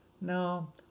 no